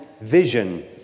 vision